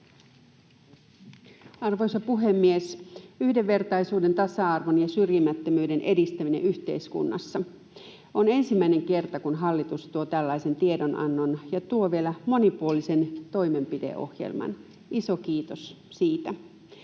Arvoisa puhemies! Yhdenvertaisuuden, tasa-arvon ja syrjimättömyyden edistäminen yhteiskunnassa — on ensimmäinen kerta, kun hallitus tuo tällaisen tiedonannon ja tuo vielä monipuolisen toimenpideohjelman. Iso kiitos siitä.